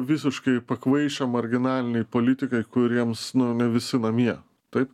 visiškai pakvaišę marginaliniai politikai kuriems ne visi namie taip